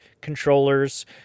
controllers